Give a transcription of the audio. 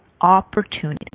Opportunity